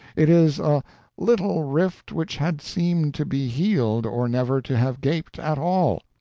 it is a little rift which had seemed to be healed, or never to have gaped at all.